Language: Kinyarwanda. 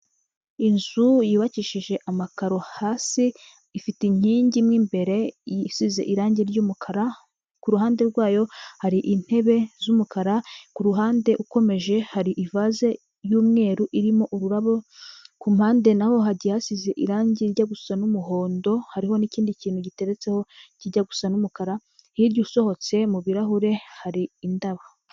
Inzu yubakishije amakaro hasi, ifite inkingi mo imbere, isize irangi ry'umukara, ku ruhande rwayo hari intebe z'umukara, ku ruhande ukomeje hari ivase y'umweru, irimo ururabo, ku mpande naho hagiye hasize irangi rijya gusa n'umuhondo, hariho n'ikindi kintu giteretseho, kijya gusa n'umukara, hirya usohotse, mu birahure hari indabo.